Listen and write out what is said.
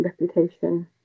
reputation